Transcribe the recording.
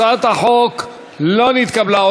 הצעת החוק לא נתקבלה.